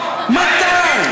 מתי?